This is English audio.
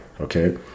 okay